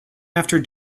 after